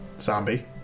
Zombie